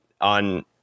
on